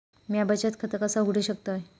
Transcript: म्या बचत खाता कसा उघडू शकतय?